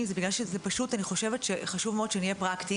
זה בגלל שחשוב מאוד שנהיה פרקטיים.